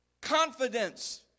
confidence